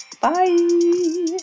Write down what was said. Bye